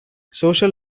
social